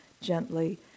gently